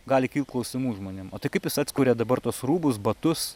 gali kilt klausimų žmonėm o tai kaip jis atkuria dabar tuos rūbus batus